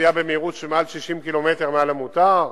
נסיעה במהירות שמעל 60 קילומטר מעל המותר,